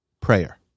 Prayer